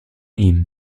ihm